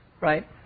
right